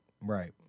right